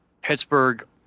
Pittsburgh